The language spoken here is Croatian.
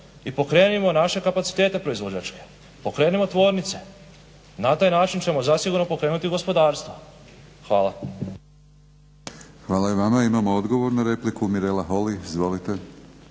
i pokrenimo naše kapacitete proizvođačke, pokrenimo tvornice. Na taj način ćemo zasigurno pokrenuti gospodarstvo. Hvala. **Batinić, Milorad (HNS)** Hvala i vama. Imamo odgovor na repliku Mirela Holy, izvolite.